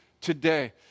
today